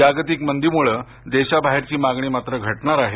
जागतिक मंदीमुळे देशाबाहेरची मागणी मात्र घटणार आहे